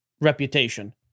reputation